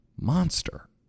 monster